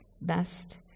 best